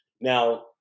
now